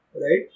right